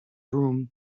room